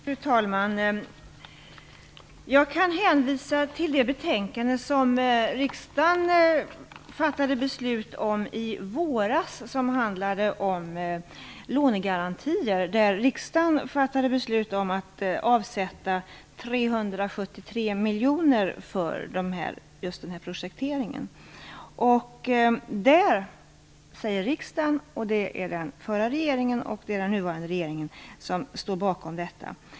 Fru talman! Jag kan hänvisa till det betänkade om lånegarantier som riksdagen fattade beslut om i våras. Riksdagen fattade beslut om att avsätta 373 miljoner för just denna projektering. Detta sade riksdagen. Både den föregående och den nuvarande regeringen står bakom detta.